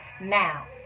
Now